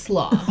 law